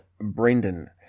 Brendan